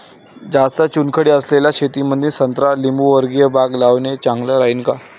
जास्त चुनखडी असलेल्या शेतामंदी संत्रा लिंबूवर्गीय बाग लावणे चांगलं राहिन का?